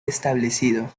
establecido